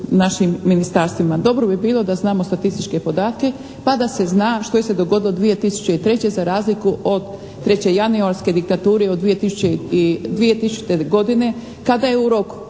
našim ministarstvima. Dobro bi bilo da znamo statističke podatke pa da se zna što se dogodilo 2003. za razliku od 3. januarske diktature 2000. godine kada je u roku